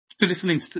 listening